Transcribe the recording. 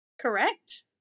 Correct